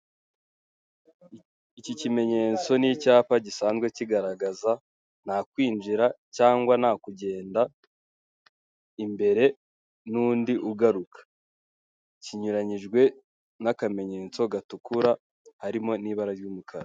Iki kimenyetso ni icyapa gisanzwe kigaragaza, nta kwinjira cyangwa nta kugenda, imbere n'undi ugaruka kinyuranyijwe n'akamenyetso gatukura harimo n'ibara ry'umukara.